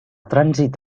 trànsit